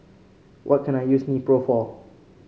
what can I use Nepro for